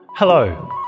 Hello